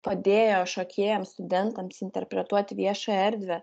padėjo šokėjams studentams interpretuoti viešąją erdvę